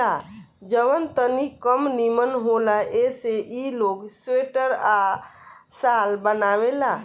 जवन तनी कम निमन होला ऐसे ई लोग स्वेटर आ शाल बनावेला